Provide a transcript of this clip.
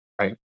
right